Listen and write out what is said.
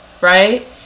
right